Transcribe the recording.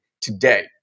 today